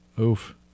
Oof